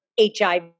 HIV